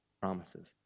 promises